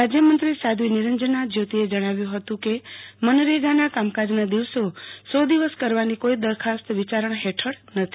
રાજ્યમંત્રી સાધ્વી નીરંજના જ્યોતિએ જણાવ્યું હતુ કે મનરેગાનાં કામકાજનાં દિવસો સો દિવસ કરવાની કોઈ દરખાસ્ત વિચારણા હેઠળ નથી